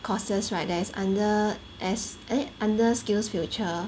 courses right that's under s~ eh under skillsfuture